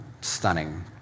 Stunning